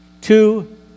Two